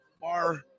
bar